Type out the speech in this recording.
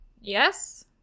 Yes